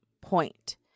point